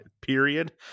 period